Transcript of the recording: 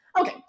Okay